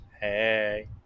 hey